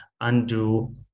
undo